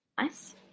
nice